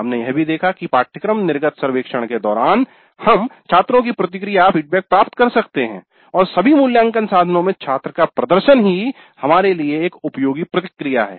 हमने यह भी देखा कि पाठ्यक्रम निर्गत सर्वेक्षण के दौरान हम छात्रों की प्रतिक्रिया प्राप्त कर सकते हैं और सभी मूल्यांकन साधनों में छात्र का प्रदर्शन ही हमारे लिए एक उपयोगी प्रतिक्रिया है